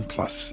Plus